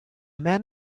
man